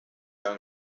going